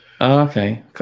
Okay